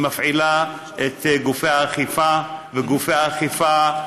היא מפעילה את גופי האכיפה וגופי האכיפה,